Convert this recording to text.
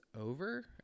over